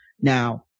Now